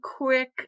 quick